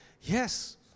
Yes